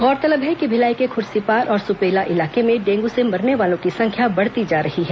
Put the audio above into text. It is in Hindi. गौरतलब है कि भिलाई के खुर्सीपार और सुपेला इलाके में डेंगू से मरने वालों की संख्या बढ़ती जा रही है